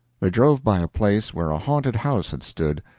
they drove by a place where a haunted house had stood.